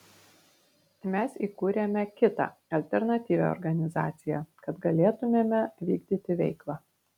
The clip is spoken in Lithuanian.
mes įkūrėme kitą alternatyvią organizaciją kad galėtumėme vykdyti veiklą